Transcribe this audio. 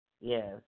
Yes